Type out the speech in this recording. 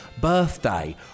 birthday